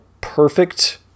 perfect